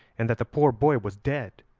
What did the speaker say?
and that the poor boy was dead.